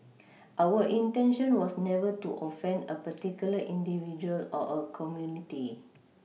our intention was never to offend a particular individual or a community